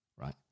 right